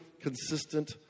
consistent